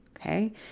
Okay